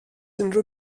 unrhyw